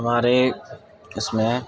ہمارے اس میں